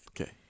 okay